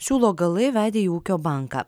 siūlo galai vedė į ūkio banką